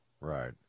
right